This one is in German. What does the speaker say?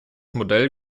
modell